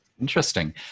Interesting